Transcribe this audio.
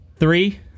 Three